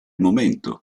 momento